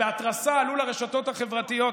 שבהתרסה עלו לרשתות החברתיות,